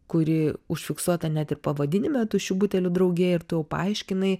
kuri užfiksuota net ir pavadinime tuščių butelių draugija ir tu jau paaiškinai